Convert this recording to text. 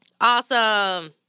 Awesome